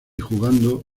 jugando